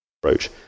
approach